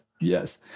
yes